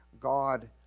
God